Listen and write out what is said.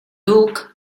duc